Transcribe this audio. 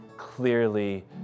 clearly